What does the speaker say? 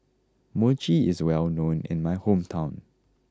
Mochi is well known in my hometown